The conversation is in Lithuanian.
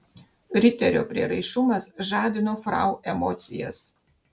riterio prieraišumas žadino frau emocijas